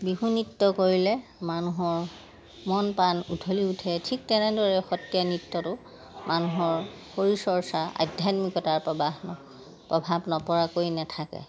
বিহু নৃত্য কৰিলে মানুহৰ মন প্ৰাণ উঠলি উঠে ঠিক তেনেদৰে সত্ৰীয়া নৃত্যটো মানুহৰ শৰীৰ চৰ্চা আধ্যাত্মিকতাৰ প্ৰবাহ প্ৰভাৱ নপৰাকৈ নাথাকে